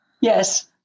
Yes